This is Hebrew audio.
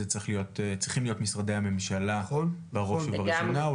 צריכים להיות משרדי הממשלה בראש ובראשונה,